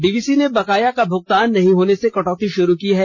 DVC ने बकाया का भूगतान नहीं होने से कटौती शुरू की है